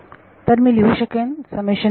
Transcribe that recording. तर मी लिहू शकेन